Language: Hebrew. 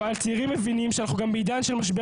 אבל הצעירים מבינים שאנחנו גם בעידן של משבר